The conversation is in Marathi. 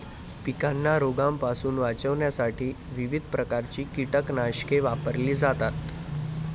पिकांना रोगांपासून वाचवण्यासाठी विविध प्रकारची कीटकनाशके वापरली जातात